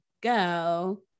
go